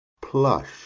Plush